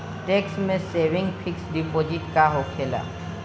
Tax saving fix deposit का होखे ला?